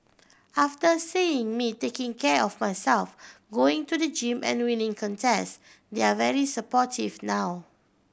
after seeing me taking care of myself going to the gym and winning contests they're very supportive now